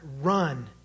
Run